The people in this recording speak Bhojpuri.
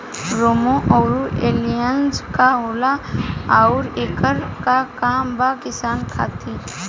रोम्वे आउर एलियान्ज का होला आउरएकर का काम बा किसान खातिर?